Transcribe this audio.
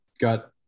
got